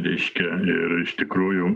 reiškia ir iš tikrųjų